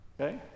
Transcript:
Okay